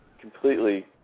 completely